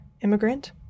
immigrant